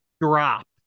drop